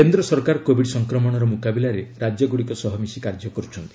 କେନ୍ଦ୍ର ସରକାର କୋବିଡ୍ ସଂକ୍ମଣର ମୁକାବିଲାରେ ରାଜ୍ୟଗ୍ରଡ଼ିକ ସହ ମିଶି କାର୍ଯ୍ୟ କରୁଛନ୍ତି